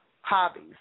hobbies